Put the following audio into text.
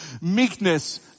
Meekness